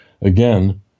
Again